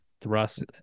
thrust